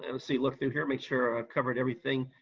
and let's see, look through here, make sure i've covered everything.